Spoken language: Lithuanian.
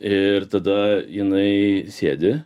ir tada jinai sėdi